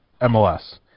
MLS